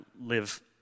live